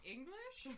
English